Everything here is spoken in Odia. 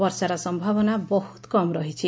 ବର୍ଷାର ସୟାବନା ବହୁତ କମ୍ ରହିଛି